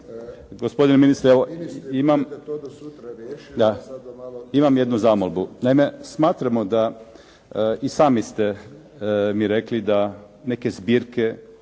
razumije se./… Da, imam jednu zamolbu. Naime, smatramo da i sami ste mi rekli da neke zbirke